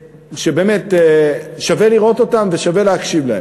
שבאמת שווה לראות אותם ושווה להקשיב להם.